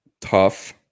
tough